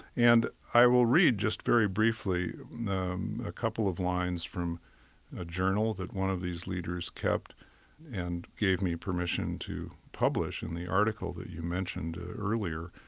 and i will read just very briefly a couple of lines from a journal that one of these leaders kept and gave me permission to publish in the article that you mentioned earlier.